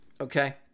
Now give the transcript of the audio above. okay